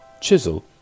chisel